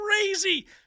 crazy